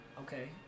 Okay